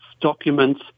documents